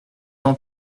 jean